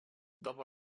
dopo